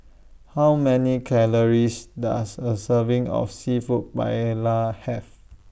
How Many Calories Does A Serving of Seafood Paella Have